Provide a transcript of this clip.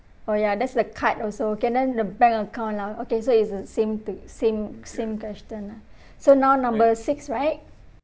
oh ya that's the card also okay then the bank account lah okay so it's the same thing same same question ah so now number six right